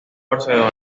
barcelona